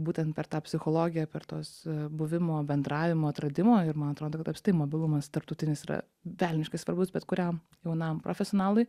būtent per tą psichologiją per tuos buvimo bendravimo atradimo ir man atrodo kad apskritai mobilumas tarptautinis yra velniškai svarbus bet kuriam jaunam profesionalui